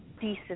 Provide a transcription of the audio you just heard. decent